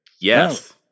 yes